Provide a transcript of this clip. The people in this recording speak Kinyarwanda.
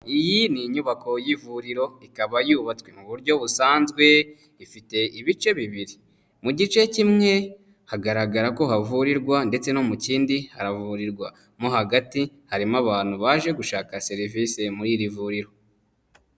Iyi ni inyubako y'ivuriro ikaba yubatswe mu buryo busanzwe, ifite ibice bibiri mu gice kimwe hagaragara ko havurirwa ndetse no mu kindi haravurirwa mo hagati harimo abantu baje gushaka serivisi muri iri vuriro.